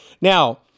Now